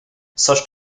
such